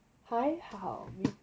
还好 hmm